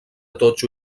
totxo